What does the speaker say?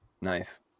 Nice